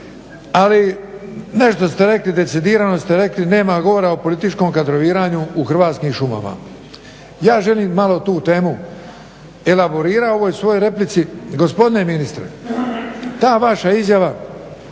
ali nešto ste rekli decidirano ste rekli nema govora o političkom kadroviranju u Hrvatskim šumama. Ja želim malo tu temu elaborirati u ovoj svojoj replici. Gospodine ministre, ta vaša izjava